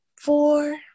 four